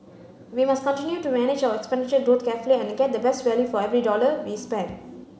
we must continue to manage our expenditure growth carefully and get the best value for every dollar we spend